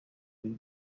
biro